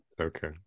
Okay